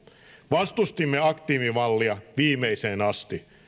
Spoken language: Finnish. vastustimme aktiivimallia viimeiseen asti